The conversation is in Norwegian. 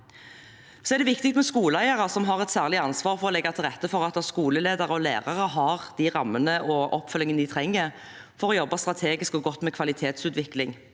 er det viktig med skoleeiere, som har et særlig ansvar for å legge til rette for at skoleledere og lærere har de rammene og den oppfølgingen de trenger for å jobbe strategisk og godt med kvalitetsutvikling.